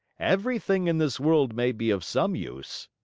everything in this world may be of some use!